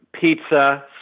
Pizza